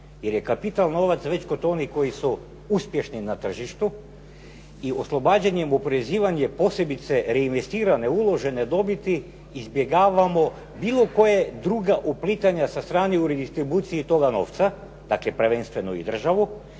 jer je kapital novac već kod onih koji su uspješni na tržištu i oslobađanjem oporezivanje posebice reinvestirane uložene dobiti izbjegavamo bilo koja druga uplitanja sa strane u redistribuciji toga novca, dakle prvenstveno i državu